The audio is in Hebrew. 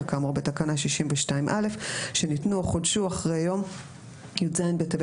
כאמור בתקנה 62(א) שניתנו או חודשו אחרי יום י"ז בטבת